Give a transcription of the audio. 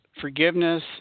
Forgiveness